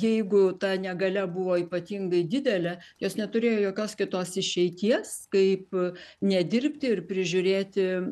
jeigu ta negalia buvo ypatingai didelė jos neturėjo jokios kitos išeities kaip nedirbti ir prižiūrėti